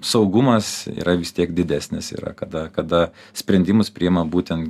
saugumas yra vis tiek didesnis yra kada kada sprendimus priima būtent